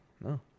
no